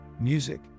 music